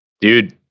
Dude